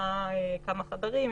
כמה חדרים,